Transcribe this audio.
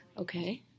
Okay